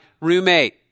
roommate